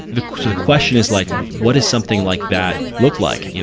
the the question is like what is something like that look like? you know